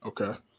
Okay